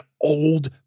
old